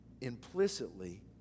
implicitly